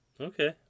Okay